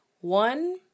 One